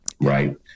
right